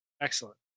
Excellent